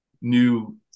new